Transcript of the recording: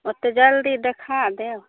ओतेक जल्दी देखा देब